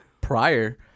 prior